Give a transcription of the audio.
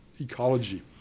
ecology